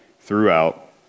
throughout